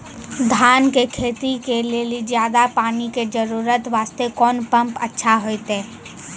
धान के खेती के लेली ज्यादा पानी के जरूरत वास्ते कोंन पम्प अच्छा होइते?